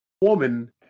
woman